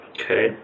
Okay